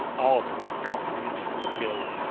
all of them apparently instantly killed.